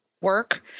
work